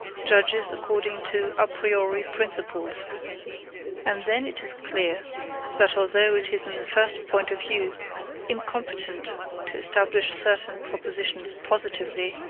judges according to a priori principles and then it is clear that although it is in the first point of view incompetent to establish certain propositions positively,